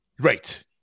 right